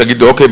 שיגידו: אוקיי,